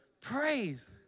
Praise